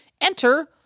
Enter